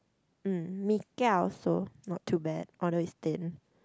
mm Mee-Kia also not too bad although it's thin